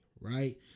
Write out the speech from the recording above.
Right